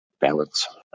balance